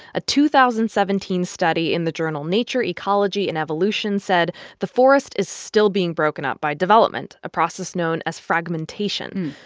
a two thousand and seventeen study in the journal nature ecology and evolution said the forest is still being broken up by development, a process known as fragmentation.